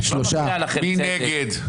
מי נגד?